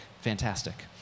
fantastic